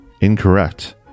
Incorrect